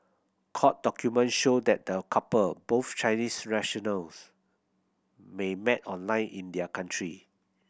court document show that the couple both Chinese nationals may met online in their country